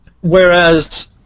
Whereas